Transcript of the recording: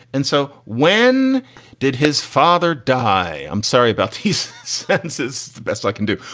and so when did his father die? i'm sorry about his sentences. the best i can do.